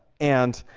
and